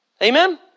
Amen